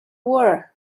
war